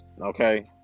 Okay